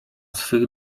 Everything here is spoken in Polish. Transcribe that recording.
swych